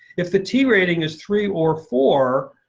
if the t rating is three or four,